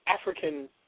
African